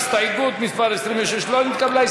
הסתייגות מס' 26 לא נתקבלה.